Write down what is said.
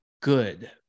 good